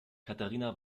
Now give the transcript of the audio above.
katharina